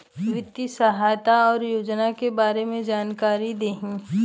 वित्तीय सहायता और योजना के बारे में जानकारी देही?